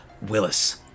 Willis